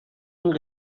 این